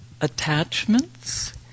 attachments